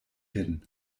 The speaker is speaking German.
hin